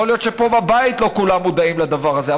יכול להיות שפה בבית לא כולם מודעים לדבר הזה.